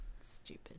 stupid